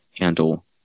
handle